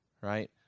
right